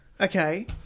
Okay